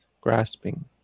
Grasping